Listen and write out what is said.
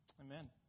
Amen